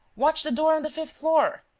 watch the door on the fifth floor!